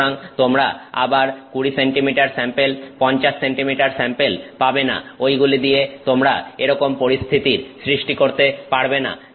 সুতরাং তোমরা আবার 20 সেন্টিমিটার স্যাম্পেল 50 সেন্টিমিটার স্যাম্পেল পাবেনা ঐগুলি দিয়ে তোমরা এরকম পরিস্থিতির সৃষ্টি করতে পারবে না